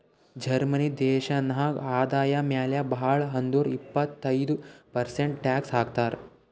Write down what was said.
Germany ದೇಶನಾಗ್ ಆದಾಯ ಮ್ಯಾಲ ಭಾಳ್ ಅಂದುರ್ ಇಪ್ಪತ್ತೈದ್ ಪರ್ಸೆಂಟ್ ಟ್ಯಾಕ್ಸ್ ಹಾಕ್ತರ್